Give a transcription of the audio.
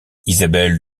isabelle